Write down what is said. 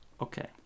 Okay